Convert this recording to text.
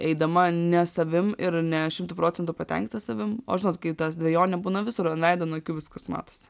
eidama ne savim ir ne šimtu procentų patenkinta savim o žinot kai tas dvejonė būna visur ant veido ant akių viskas matosi